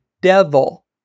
devil